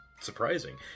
surprising